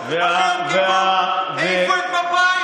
מה זה מופרך?